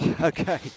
Okay